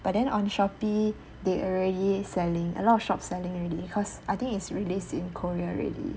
but then on shopee they already selling a lot of shops selling already cause I think is released in korea already